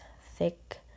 thick